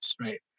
right